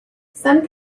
some